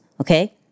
okay